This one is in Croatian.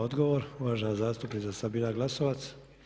Odgovor, uvažena zastupnica Sabina Glasovac.